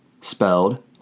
Spelled